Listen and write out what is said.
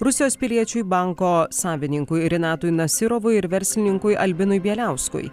rusijos piliečiui banko savininkui renatui nasyrovui ir verslininkui albinui bieliauskui